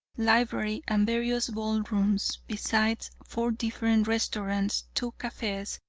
library, and various ball-rooms, besides four different restaurants, two cafes,